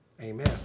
amen